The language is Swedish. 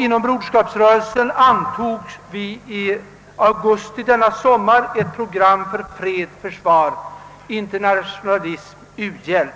Inom broderskapsrörelsen antog vi i augusti i år ett program för »Fred, försvar, internationalism och u-hjälp»,